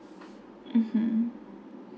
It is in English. mmhmm